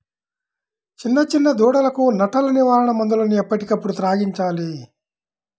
చిన్న చిన్న దూడలకు నట్టల నివారణ మందులను ఎప్పటికప్పుడు త్రాగించాలి